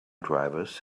drivers